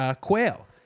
quail